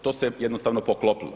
To se jednostavno poklopilo.